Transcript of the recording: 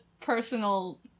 personal